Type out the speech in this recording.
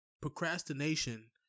Procrastination